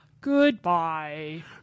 Goodbye